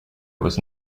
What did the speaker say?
was